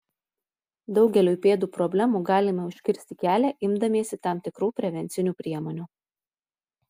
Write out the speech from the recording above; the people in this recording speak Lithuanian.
daugeliui pėdų problemų galime užkirsti kelią imdamiesi tam tikrų prevencinių priemonių